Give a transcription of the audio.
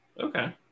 Okay